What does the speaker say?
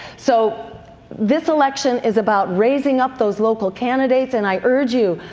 so this election is about raising up those local candidates, and i urge you,